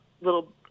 little